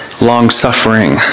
long-suffering